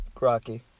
Rocky